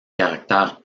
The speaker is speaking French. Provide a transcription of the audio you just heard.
caractère